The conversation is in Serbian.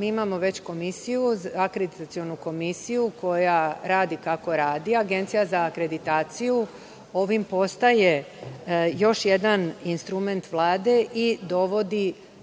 imamo već komisiju – akreditacionu komisiju koja radi kako radi. Agencija za akreditaciju ovim postaje još jedan instrument Vlade i dovodi